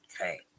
Okay